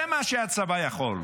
זה מה שהצבא יכול.